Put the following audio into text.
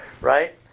right